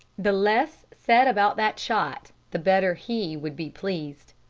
the less said about that shot the better he would be pleased.